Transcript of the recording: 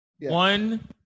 One